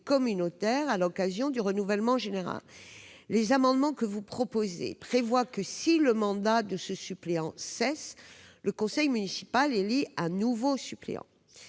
communautaires à l'occasion du renouvellement général. Les amendements prévoient que, si le mandat de ce suppléant cesse, le conseil municipal élit un nouveau suppléant.